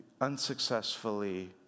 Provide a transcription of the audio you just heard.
unsuccessfully